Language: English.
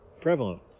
prevalent